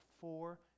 four